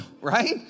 Right